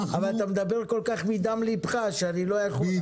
אבל אתה מדבר כל כך מדם לבך שאני לא יכול לעצור אותך.